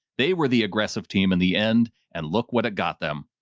they were the aggressive team in the end and look what it got them.